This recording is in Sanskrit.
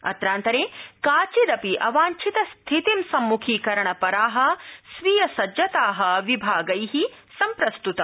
अत्रान्तरे काचिदापि अवांछित स्थितिं सम्मुखीकरण परा स्वीय सज्जता विभागै सम्प्रस्तुता